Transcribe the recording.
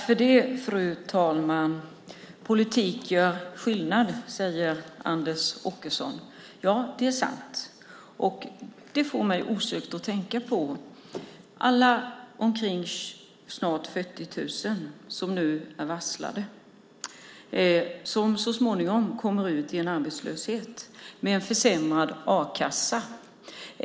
Fru talman! Politik gör skillnad, säger Anders Åkesson. Ja, det är sant. Det får mig osökt att tänka på alla snart 40 000 som nu är varslade och som så småningom kommer ut i arbetslöshet med en försämrad a-kassa.